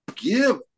Give